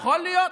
יכול להיות,